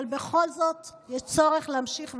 אבל בכל זאת יש צורך להמשיך ולשאול: